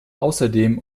außerdem